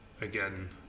again